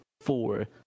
four